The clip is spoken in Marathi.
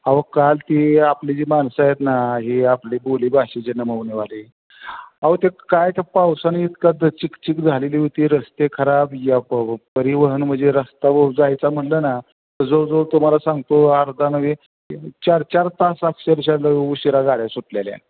अहो काल ती आपली जी माणसं आहेत ना ही आपली बोलीभाषेचे नमवनेवाली अहो त्या काय त्या पावसाने इतकाद चिकचिक झालेली होती रस्ते खराब या प परिवहन म्हणजे रस्ता वर जायचा म्हटलं ना तं जवळजवळ तुमाला सांगतो अर्धा नव्हे चार चार तास अक्षरशः नवी उशिरा गाड्या सुटलेल्या